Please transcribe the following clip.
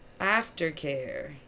Aftercare